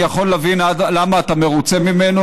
אני יכול להבין למה אתה מרוצה ממנו,